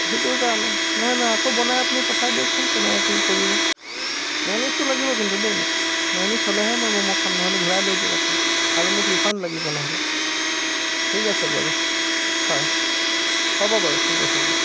তো সেইটো কাৰণে নহয় নহয় আকৌ বনাই আপুনি পঠাই দিয়কচোন কেনেকৈ কি কৰিব মেয়'নিজটো লাগিব কিন্তু দেই মোক মেয়'নিজ হ'লেহে মই মমো খাম নহ'লে ঘূৰাই লৈ যাওক আপুনি আৰু মোক ৰিফাণ্ড লাগিব নহ'লে ঠিক আছে বাৰু হয় হ'ব বাৰু ঠিক আছে